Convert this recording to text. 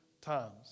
times